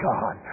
God